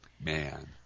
man